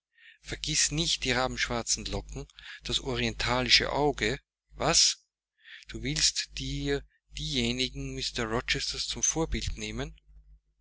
vergiß nicht die rabenschwarzen locken das orientalische auge was du willst dir diejenigen mr rochesters zum vorbilde nehmen